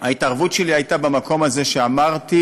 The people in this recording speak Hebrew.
ההתערבות שלי הייתה במקום הזה שאמרתי: